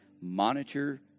Monitor